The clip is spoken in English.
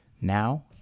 Now